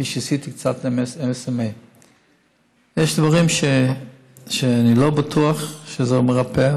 כפי שעשיתי קצת עם SMA. יש דברים שאני לא בטוח שזה מרפא,